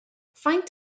faint